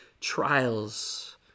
trials